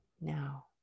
now